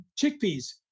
chickpeas